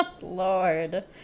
Lord